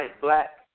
black